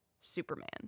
superman